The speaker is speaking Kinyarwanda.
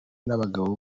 n’abagabo